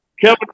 kevin